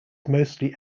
mostly